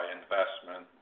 investment